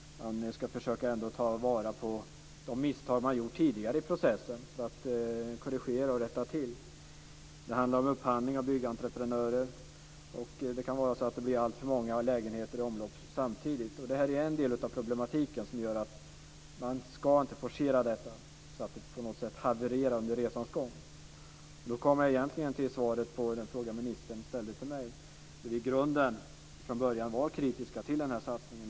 Man ska försöka ta vara på de misstag man gjort tidigare i processen för att korrigera och rätta till. Det handlar också om upphandling av byggentreprenörer, och det kan bli alltför många lägenheter i omlopp samtidigt. Det här är en del av problematiken. Det gör att man inte ska forcera det här så att det på något sätt havererar under resans gång. Då kommer jag till svaret på den fråga ministern ställde till mig. I grunden var vi från början kritiska till en satsning.